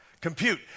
Compute